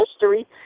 history